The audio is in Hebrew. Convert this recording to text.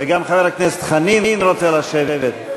וגם חבר הכנסת חנין רוצה לשבת.